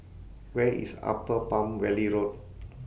Where IS Upper Palm Valley Road